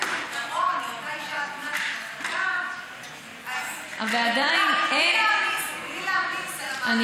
את העול מאותה אישה עגונה שמחכה בלי להעמיס על המערכת.